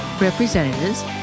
representatives